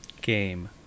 Game